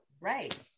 right